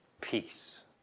Peace